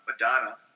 Madonna